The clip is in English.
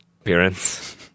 appearance